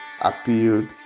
appealed